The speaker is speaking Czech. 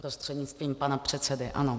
Prostřednictvím pana předsedy, ano.